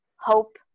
Hope